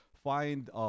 find